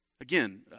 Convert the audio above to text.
Again